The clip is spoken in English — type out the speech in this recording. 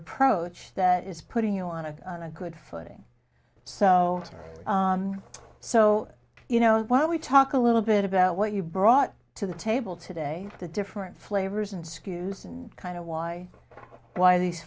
approach that is putting you on a good footing so so you know while we talk a little bit about what you brought to the table today the different flavors and skews and kind of why why these